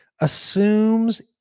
assumes